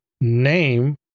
name